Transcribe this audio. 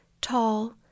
tall